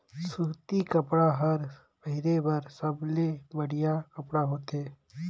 सूती कपड़ा हर पहिरे बर सबले बड़िहा कपड़ा होथे